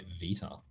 vita